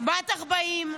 בת 40,